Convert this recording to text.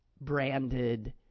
branded